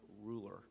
ruler